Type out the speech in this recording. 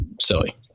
silly